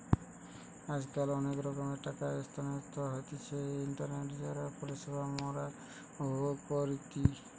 আজকাল অনেক রকমের টাকা স্থানান্তর হতিছে ইন্টারনেটে যার পরিষেবা মোরা উপভোগ করিটি